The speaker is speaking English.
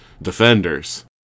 defenders